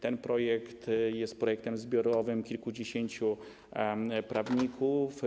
Ten projekt jest projektem zbiorowym kilkudziesięciu prawników.